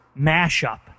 mashup